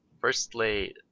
firstly